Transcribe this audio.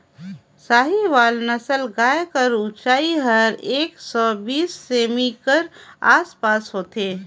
साहीवाल नसल गाय कर ऊंचाई हर एक सौ बीस सेमी कर आस पास होथे